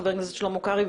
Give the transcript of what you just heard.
חבר הכנסת שלמה קרעי,